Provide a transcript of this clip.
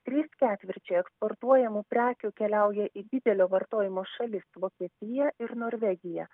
trys ketvirčiai eksportuojamų prekių keliauja į didelio vartojimo šalis vokietiją ir norvegiją